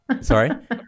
Sorry